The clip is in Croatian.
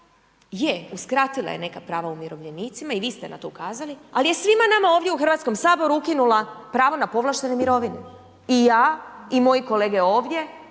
je uskratila je neka prava umirovljenicima i vi ste na to ukazali, ali je svima nama ovdje u Hrvatskom saboru ukinula pravo na povlaštene mirovine. I ja i moji kolege ovdje